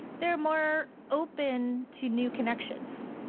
they're more open to new connections.